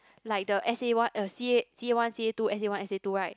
like the S_A one uh C_A C_A one C_A two S_A one S_A two right